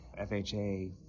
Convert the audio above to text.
FHA